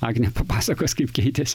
agnė papasakos kaip keitėsi